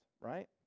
right